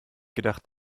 gedacht